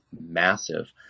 massive